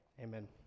Amen